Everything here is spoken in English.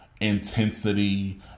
Intensity